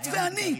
את ואני,